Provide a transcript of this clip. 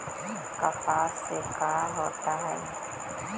कपास से का होता है?